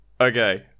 Okay